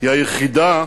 היא היחידה